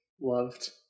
loved